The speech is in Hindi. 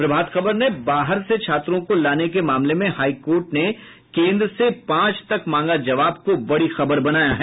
प्रभात खबर ने बाहर से छात्रों को लाने के मामले में हाई कोर्ट ने केन्द्र से पांच तक मांगा जवाब को बड़ी खबर बनाया है